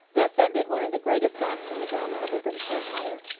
thus ended one of the greatest acts in the drama of the british empire,